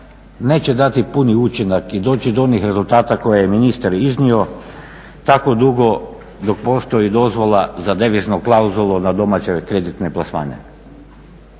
neće dati puni učinak i doći do onih rezultata koje je ministar iznio tako dugo dok postoji dozvola za deviznu klauzulu na domaće kreditne plasmane.